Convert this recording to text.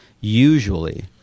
usually